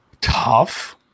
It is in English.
tough